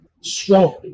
strong